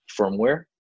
firmware